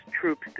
troops